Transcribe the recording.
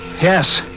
Yes